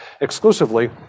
exclusively